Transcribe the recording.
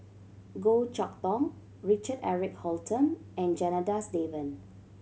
Goh Chok Tong Richard Eric Holttum and Janadas Devan